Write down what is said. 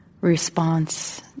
response